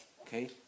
Okay